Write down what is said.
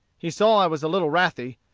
he saw i was a little wrathy,